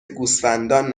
گوسفندان